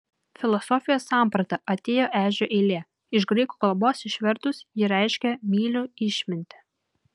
filosofijos samprata atėjo ežio eilė iš graikų kalbos išvertus ji reiškia myliu išmintį